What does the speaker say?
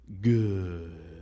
good